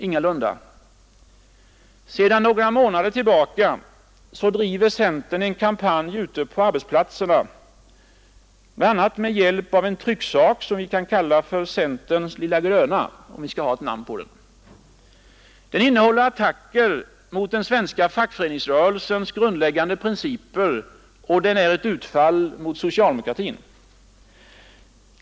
Ingalunda! Sedan några månader tillbaka driver centern en kampanj ute på arbetsplatserna, bl.a. med hjälp av en trycksak som vi kan kalla ”centerns lilla gröna”, om vi skall ha ett namn på den. Den innehåller attacker mot den svenska fackföreningsrörelsens grundläggan de principer och den är ett utfall mot socialdemokratin.